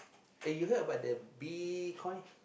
uh you heard about the Bitcoin